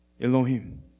Elohim